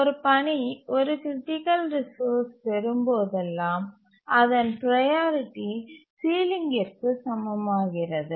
ஒரு பணி ஒரு க்ரிட்டிக்கல் ரிசோர்ஸ் பெறும்போதெல்லாம் அதன் ப்ரையாரிட்டி சீலிங்கிற்கு சமமாகிறது